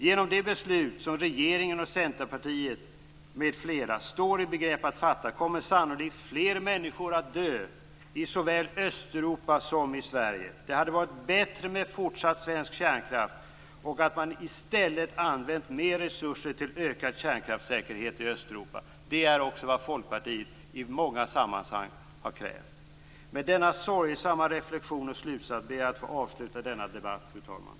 Genom det beslut som regeringen och Centerpartiet m.fl. står i begrepp att fatta kommer sannolikt fler människor att dö i såväl Östeuropa som i Sverige. Det hade varit bättre med fortsatt svensk kärnkraft och att man i stället hade använt mer resurser till ökad kärnkraftsäkerhet i Östeuropa. Det är också vad Folkpartiet i många sammanhang har krävt. Med denna sorgesamma reflexion och slutsats ber jag att få avsluta denna debatt, fru talman.